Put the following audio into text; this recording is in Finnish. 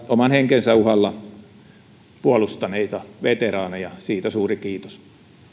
oman henkensä uhalla puolustaneita veteraaneja siitä suuri kiitos